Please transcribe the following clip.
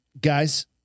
Guys